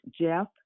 Jeff